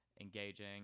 engaging